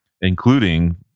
including